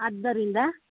ಆದ್ದರಿಂದ